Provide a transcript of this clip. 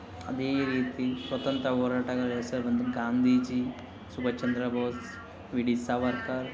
ಅದೇ ರೀತಿ ಸ್ವಾತಂತ್ರ್ಯ ಹೋರಾಟಗಾರರ ಹೆಸರೆಂದ್ರೆ ಗಾಂಧೀಜಿ ಸುಭಾಷ್ ಚಂದ್ರ ಬೋಸ್ ವಿ ಡಿ ಸಾವರ್ಕರ್